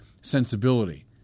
sensibility